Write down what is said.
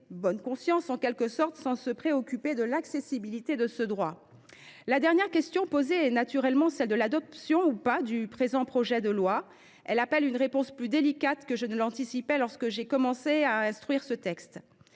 bonne conscience, sans se préoccuper de l’accessibilité à ce droit. La dernière question posée est naturellement celle de l’adoption ou non du présent projet de loi. Elle appelle une réponse plus délicate que je ne l’anticipais lorsque j’ai commencé à instruire ce texte.